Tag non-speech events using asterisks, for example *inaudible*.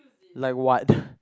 like what *breath*